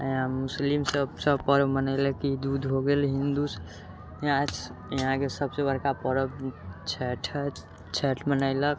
यहाँ मुस्लिमसभ सभ पर्व मनयलक ईद उद हो गेल हिन्दू यहाँ यहाँके सभसँ बड़का पर्व छठि हइ छठि मनयलक